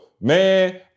man